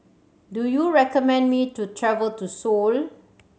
do you recommend me to travel to Seoul